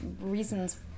reasons